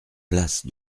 place